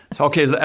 Okay